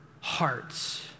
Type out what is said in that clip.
hearts